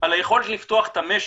על היכולת לפתוח את המשק.